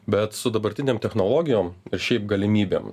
bet su dabartinėm technologijom ir šiaip galimybėm